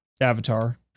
Avatar